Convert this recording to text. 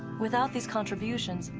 without these contributions,